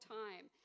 time